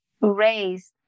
raised